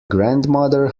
grandmother